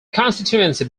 constituency